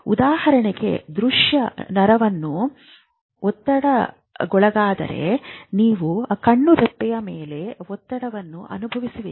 ಉದಾಹರಣೆಗೆ ದೃಶ್ಯ ನರಕೋಶವು ಒತ್ತಡಕ್ಕೊಳಗಾಗಿದ್ದರೆ ನೀವು ಕಣ್ಣುರೆಪ್ಪೆಯ ಮೇಲಿನ ಒತ್ತಡವನ್ನು ಅನುಭವಿಸುವಿರಿ